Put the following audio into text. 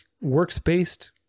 works-based